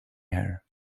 air